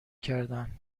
کردن